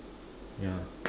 yeah